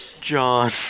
John